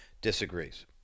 disagrees